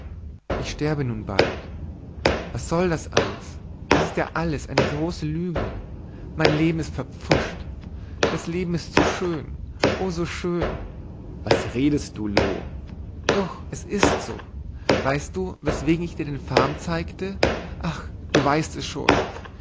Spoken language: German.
ich sterbe nun bald was soll das alles das ist ja alles eine große lüge mein leben ist verpfuscht das leben ist so schön o so schön was redest du loo doch es ist so weißt du weswegen ich dir den farn zeigte ach du weißt es schon